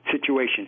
situation